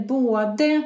både